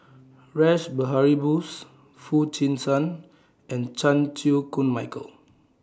Rash Behari Bose Foo Chee San and Chan Chew Koon Michael